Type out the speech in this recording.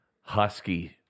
husky